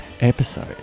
Episode